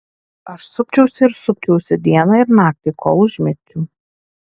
aš supčiausi ir supčiausi dieną ir naktį kol užmigčiau